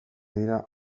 dira